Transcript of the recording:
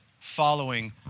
following